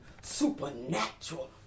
supernatural